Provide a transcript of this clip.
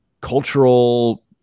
cultural